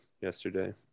yesterday